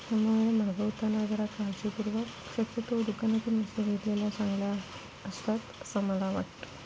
त्यामुळे मागवताना जरा काळजीपूर्वक शक्यतो दुकानातील चांगल्या असतात असं मला वाटतं